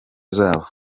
zabo